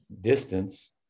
distance